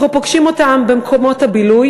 אנחנו פוגשים אותם במקומות הבילוי,